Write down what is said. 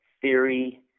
theory